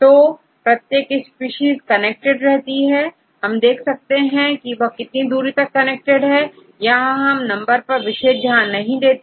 तो प्रत्येक species connected रहती है हम देखते हैं कि वह कितनी दूरी तक कनेक्टेड है यहां हम नंबर पर विशेष ध्यान नहीं देते